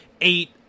Eight